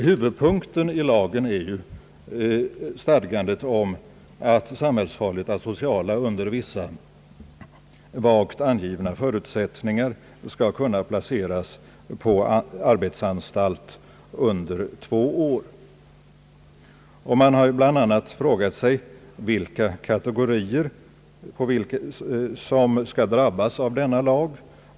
Huvudpunkten i den nya lagen är ju stadgandet om att samhällsfarliga asociala människor, under vissa vagt angivna förutsättningar, skall kunna placeras på arbetsanstalt under två år. Man har bl.a. frågat sig vilka kategorier som skall drabbas av denna lag.